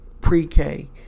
pre-K